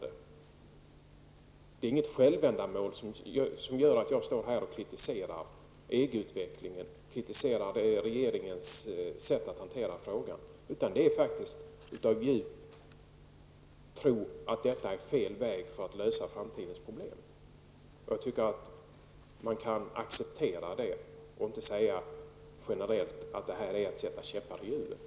Det är alltså inte ett självändamål för mig att stå här och kritisera EG utvecklingen eller regeringens sätt att hantera denna fråga. I stället handlar det om en djup tro hos mig. Detta är nämligen fel väg att lösa framtidens problem. Jag tycker att det skulle kunna accepteras. Det går inte att bara generellt säga att det är fråga om att sätta en käpp i hjulet.